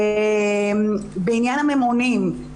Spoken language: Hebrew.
בעניין הממונים,